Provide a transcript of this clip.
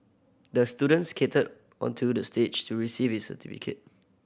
the student skated onto the stage to receive his certificate